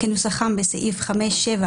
כנוסחם בסעיף 5(7)